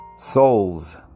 souls